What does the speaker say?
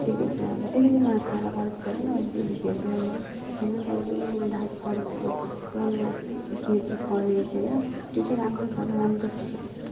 तर पनि दाजु पढेको त्यो प्रमिलर इस् स्मृति कलेज होइन त्यो चाहिँ राम्रो छ राम्रो छ